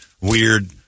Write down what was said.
weird